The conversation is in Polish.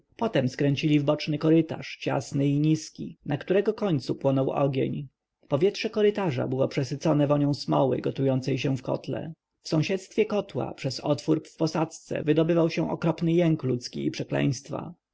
potem skręcili w boczny korytarz ciasny i niski na którego końcu płonął ogień powietrze korytarza było przesycone wonią smoły gotującej się w kotle w sąsiedztwie kotła przez otwór w posadzce wydobywał się okropny jęk ludzki i przekleństwa